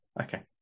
okay